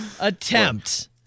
attempt